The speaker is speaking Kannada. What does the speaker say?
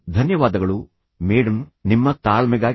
ಧನ್ಯವಾದಗಳು ಮೇಡಂ ನಿಮ್ಮ ತಾಳ್ಮೆಗಾಗಿ